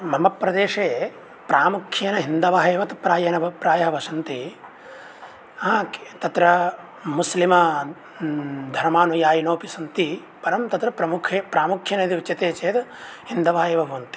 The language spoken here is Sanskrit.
मम प्रदेशे प्रामुख्येन हिन्दवः एव प्रायेणव प्रायः वसन्ति तत्र मुस्लिम धर्मानुयायिनोऽपि सन्ति परं तत्र प्रमुख प्रामुख्येन इति उच्यते चेद् हिन्दवः एव भवन्ति